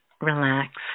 relax